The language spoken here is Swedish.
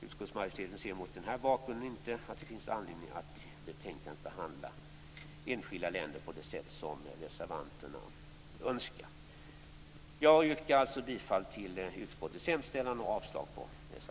Utskottsmajoriteten ser mot den bakgrunden inte att det finns anledning att i betänkandet behandla enskilda länder på det sätt reservanterna önskar. Jag yrkar bifall till utskottets hemställan och avslag på reservationerna.